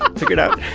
ah figured out.